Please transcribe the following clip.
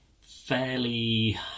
fairly